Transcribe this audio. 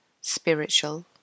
spiritual